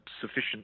sufficient